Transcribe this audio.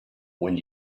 when